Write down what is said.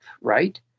right